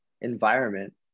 environment